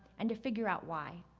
and to figure out why.